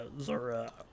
Zora